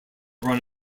run